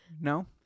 No